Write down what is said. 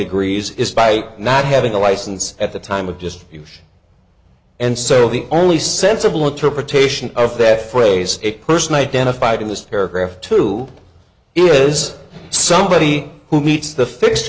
agrees is by not having a license at the time of just you and so the only sensible interpretation of that phrase a person identified in this paragraph to it is somebody who meets the